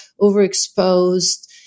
overexposed